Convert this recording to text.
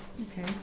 Okay